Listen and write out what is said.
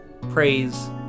Praise